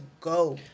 go